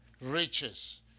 riches